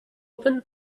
open